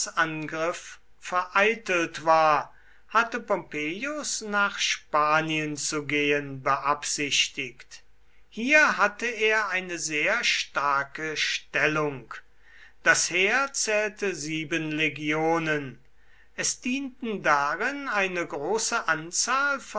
angriff vereitelt war hatte pompeius nach spanien zu gehen beabsichtigt hier hatte er eine sehr starke stellung das heer zählte sieben legionen es dienten darin eine große anzahl